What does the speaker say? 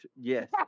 Yes